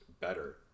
better